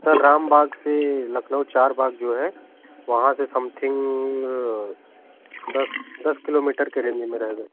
sir Rambagh से लखनऊ चारबाग जो है वहाॅं से समथिंग दस दस किलोमीटर के रेंज में रहे